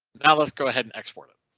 now, let's go ahead and export it.